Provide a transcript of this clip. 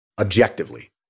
objectively